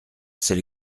c’est